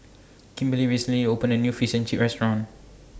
Kimberley recently opened A New Fish and Chips Restaurant